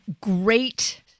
Great